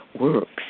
works